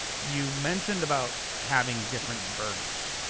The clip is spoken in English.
you mentioned about having different burgers.